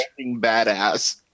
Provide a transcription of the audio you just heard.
badass